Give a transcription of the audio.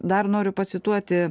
dar noriu pacituoti